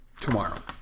tomorrow